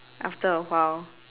after a while